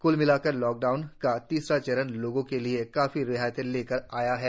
क्ल मिलाकर लॉकडाउन गया तीसरा चरण लोगों के लिए काफी रियायतें लेकर आ रहा है